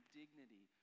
dignity